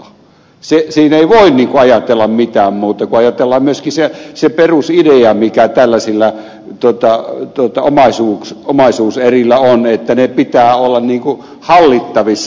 siinä ei voi ajatella mitään muuta kun ajatellaan myöskin sitä perusideaa mikä tällaisilla omaisuuserillä on että niiden pitää olla hallittavissa olevia